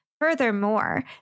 Furthermore